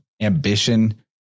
ambition